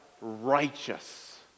righteous